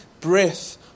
breath